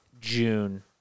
June